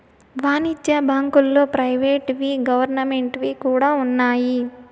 వాణిజ్య బ్యాంకుల్లో ప్రైవేట్ వి గవర్నమెంట్ వి కూడా ఉన్నాయి